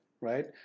right